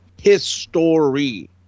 History